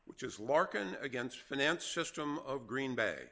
which is larkin against finance system of green bay